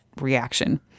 reaction